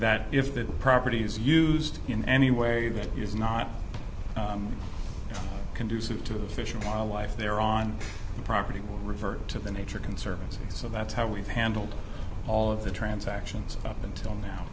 that if the property's used in any way that is not conducive to the fish and wildlife there on the property will revert to the nature conservancy so that's how we've handled all of the transactions up until now